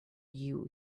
you